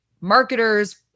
marketers